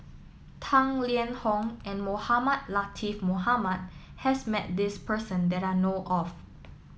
Tang Liang Hong and Mohamed Latiff Mohamed has met this person that I know of